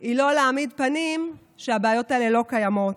היא לא להעמיד פנים שהבעיות האלה לא קיימות,